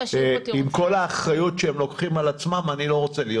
עם כל האחריות שהם לוקחים על עצמם אני לא רוצה להיות